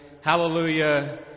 hallelujah